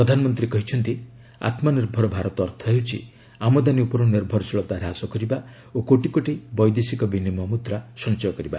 ପ୍ରଧାନମନ୍ତ୍ରୀ କହିଛନ୍ତି ଆମ୍ନିର୍ଭର ଭାରତ ଅର୍ଥ ହେଉଛି ଆମଦାନୀ ଉପର୍ ନିର୍ଭରଶୀଳତା ହ୍ରାସ କରିବା ଓ କୋଟି କୋଟି ବୈଦେଶିକ ବିନିମୟ ମୁଦ୍ରା ସଞ୍ଚୟ କରିବା